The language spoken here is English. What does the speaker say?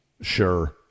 Sure